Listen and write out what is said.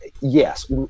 yes